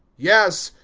yes,